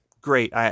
great